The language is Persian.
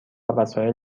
وسایل